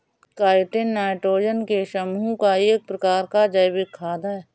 chitin nitrogen के समूह का एक प्रकार का जैविक खाद है